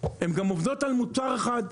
הם גם עובדות על מוצר אחד.